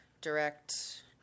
direct